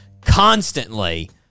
constantly